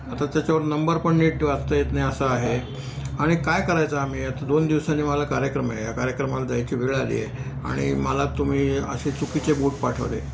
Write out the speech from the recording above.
आता त्याच्यावर नंबर पण नीट वाचता येत नाही असा आहे आणि काय करायचं आम्ही आता दोन दिवसांनी मला कार्यक्रम आहे कार्यक्रमाला जायची वेळ आली आहे आणि मला तुम्ही असे चुकीचे बूट पाठवले